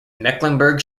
mecklenburg